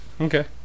Okay